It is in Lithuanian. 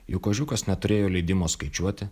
juk ožiukas neturėjo leidimo skaičiuoti